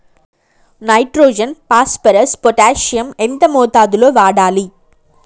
Nitrogen phosphorus potassium ఎంత మోతాదు లో వాడాలి?